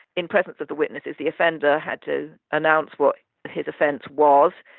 in presence of the witnesses the offender had to announce what his offence was,